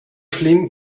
schlimm